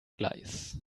gleis